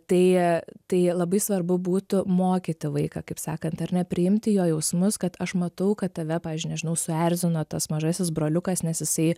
tai tai labai svarbu būtų mokyti vaiką kaip sakant ar ne priimti jo jausmus kad aš matau kad tave pavyzdžiui nežinau suerzino tas mažasis broliukas nes jisai